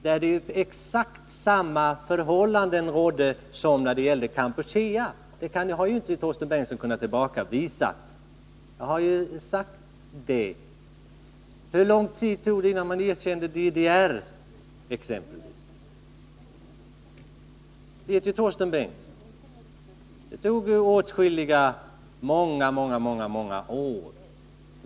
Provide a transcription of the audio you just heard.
Där rådde ju exakt samma förhållanden som i Kampuchea. Det har inte Torsten Bengtson kunnat tillbakavisa. Och hur lång tid tog det innan man erkände DDR exempelvis? Som Torsten Bengtson vet tog det många år.